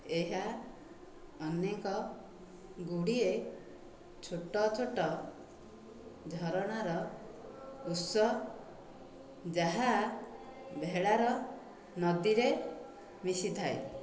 ଏହା ଅନେକ ଗୁଡ଼ିଏ ଛୋଟ ଛୋଟ ଝରଣାର ଉତ୍ସ ଯାହା ଭେଲାର ନଦୀରେ ମିଶିଥାଏ